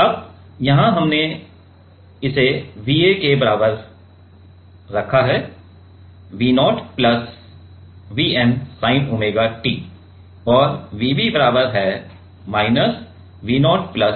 अब यहां हमने यह रखा है कि Va बराबर है V0 प्लस और Vb बराबर है माइनस V0 प्लस